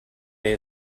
day